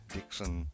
Dixon